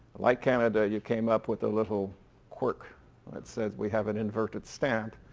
like canada you came up with a little quirk that says we have an inverted stamp,